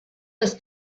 das